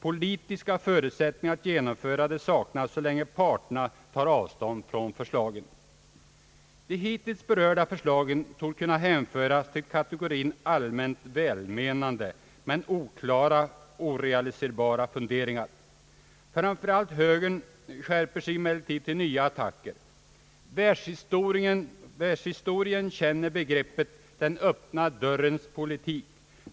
Politiska förutsättningar att genomföra det saknas så länge parterna tar avstånd från förslagen. De hittills berörda förslagen torde kunna hänföras till kategorin allmänt välmenande men oklara och orealiserbara funderingar. Framför allt högern skärper sig emellertid till nya attacker. Världshistorien känner begreppet »den öppna dörrens politik».